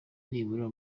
nibura